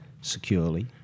securely